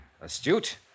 astute